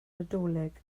nadolig